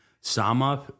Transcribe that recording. Sama